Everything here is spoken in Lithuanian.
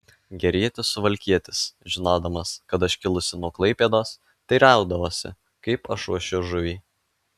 gerietis suvalkietis žinodamas kad aš kilusi nuo klaipėdos teiraudavosi kaip aš ruošiu žuvį